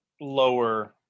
lower